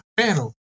pero